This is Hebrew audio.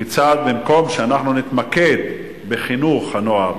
כיצד במקום שאנחנו נתמקד בחינוך הנוער,